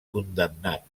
condemnat